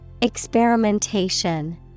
Experimentation